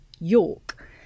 York